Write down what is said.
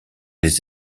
les